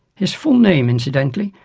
his full name, incidentally,